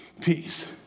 peace